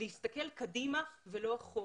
האפשרות להסתכל קדימה ולא אחורה,